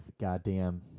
goddamn